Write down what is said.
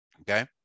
okay